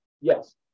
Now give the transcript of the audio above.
yes